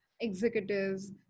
executives